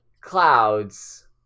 clouds